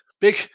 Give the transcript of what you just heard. big